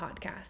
podcast